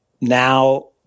now